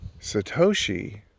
Satoshi